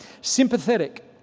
Sympathetic